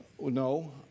no